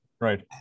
Right